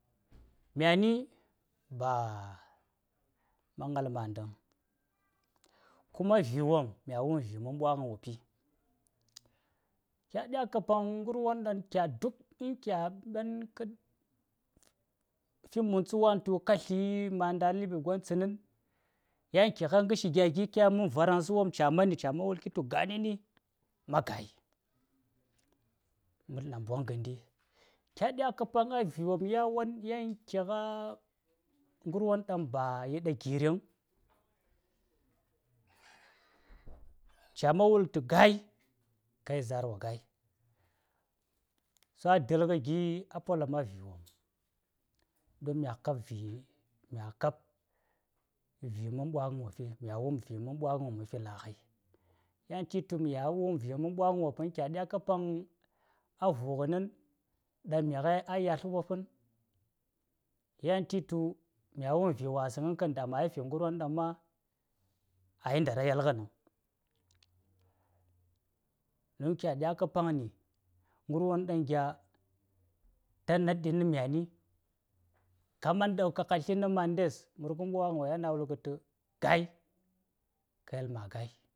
﻿Myani, ba ma ŋal manɗaŋ, kuma viwom, mya wum vigh man ɓwagawopi. Ka ɗya ka paŋ ngarwon ɗaŋ ta ka sla na manɗa a lab gya gwon tsanaŋ, yan kigha ngarshi gya gi ka yel man varaŋsa wopm ca man, ya man wul ki tu ganni, ma gai. Ngan nambong nghanɗi. Ka ɗya ka paŋ a viwopm yawon yan kigha ngarwon ɗaŋ yi ɗa giriŋ, ca man wul-gh tu gai, ka yel zar wo gai. To a dul gi a polam a vi wopm don mya kabvi, mya kab vi man ɓwaghan wopm, mya: wum viman ɓwaghan wopm ma naghai. Yan ciyi tu mya wum vigh ma ɓwaghn wopm vaŋ, ka ɗya ka paŋ a vu ghanan ɗaŋ mi-ghai a yasl wompan. Yan ciyi tu my wum vi wasaŋvaŋ da ma yi fi ngarwon ɗaŋ ma a ndara yelgha vaŋ. In kya ɗya ka paŋni, ngarwon ɗaŋ gya, ka man daukaka gin na ma nɗes, mur-gh ɓwa ghan wa ya na wul tu gai, to kyan ma a gai.